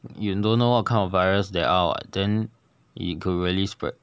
you don't know what kind of virus there are [what] then it could really spread